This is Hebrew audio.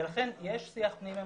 לכן יש שיח פנים ממשלתי,